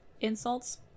Insults